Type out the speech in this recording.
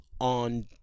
on